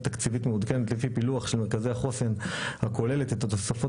תקציבית מעודכנת לפי פילוח של מרכזי החוסן הכוללת את התוספות